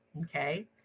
Okay